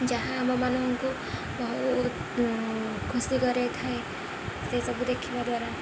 ଯାହା ଆମମାନଙ୍କୁ ବହୁତ ଖୁସି କରେଇଥାଏ ସେସବୁ ଦେଖିବା ଦ୍ୱାରା